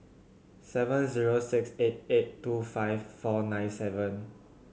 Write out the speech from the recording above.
seven zero six eight eight two five four nine seven